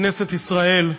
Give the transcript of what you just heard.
כנסת ישראל,